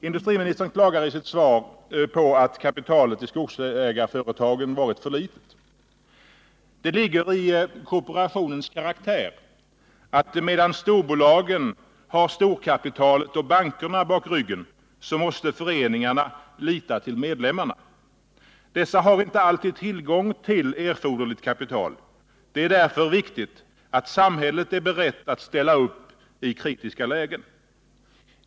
Industriministern klagar i sitt svar på att kapitalet i skogsägarföreningarna varit för litet. Det ligger i kooperationens karaktär att medan storbolagen har storkapitalet och bankerna bakom ryggen, så måste föreningen lita till medlemmarna. Dessa har inte alltid tillgång till erforderligt kapital. Det är därför viktigt att samhället är berett att ställa upp i kritiska lägen.